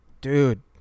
dude